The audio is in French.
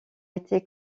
été